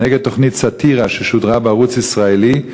נגד תוכנית סאטירה ששודרה בערוץ ישראלי,